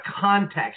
context